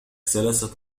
ثلاثة